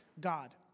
God